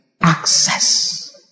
access